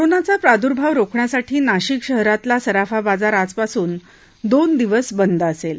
कोरोनाचा प्राद्भाव रोखण्यासाठी नाशिक शहरातला सराफा बाजार आजपासून दोन दिवस बंद असेल